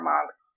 monks